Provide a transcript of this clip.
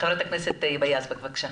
חברת הכנסת היבה יזבק, בבקשה.